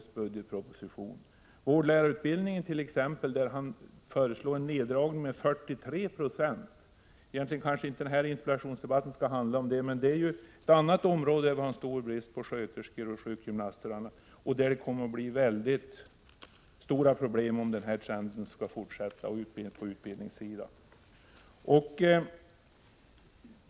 Beträffande vårdlärarutbildningen föreslår han t.ex. en neddragning på 43 90. Den här interpellationsdebatten skall väl egentligen inte handla om detta, men det här är ytterligare ett område där vi har stor brist på sköterskor och sjukgymnaster. Där kommer det också att bli stora problem, om trenden fortsätter på utbildningssidan.